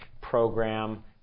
program